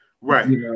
right